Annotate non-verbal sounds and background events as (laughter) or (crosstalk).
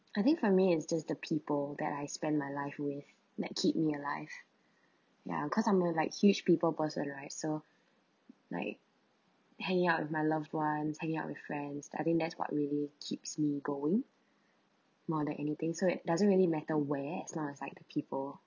I think for me it's just the people that I spend my life with that keep me alive (breath) ya cause I'm more like huge people person right so like hanging out with my loved ones hanging out with friends I think that's what really keeps me going (breath) more than anything so it doesn't really matter where as long as like the people